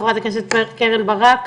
חברת הכנסת קרן ברק,